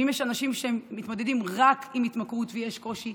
ואם יש אנשים שמתמודדים "רק" עם התמכרות ויש קושי,